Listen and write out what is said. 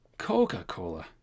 Coca-Cola